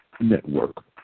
network